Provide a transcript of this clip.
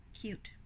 cute